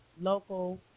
local